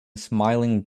smiling